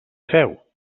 feu